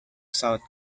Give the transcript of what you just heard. south